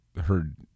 heard